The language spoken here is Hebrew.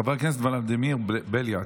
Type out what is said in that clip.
חבר הכנסת ולדימיר בליאק.